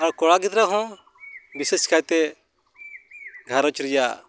ᱟᱨ ᱠᱚᱲᱟ ᱜᱤᱫᱽᱨᱟᱹ ᱦᱚᱸ ᱵᱤᱥᱮᱥ ᱠᱟᱭᱛᱮ ᱜᱷᱟᱨᱚᱸᱡᱽ ᱨᱮᱭᱟ